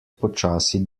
počasi